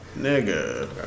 nigga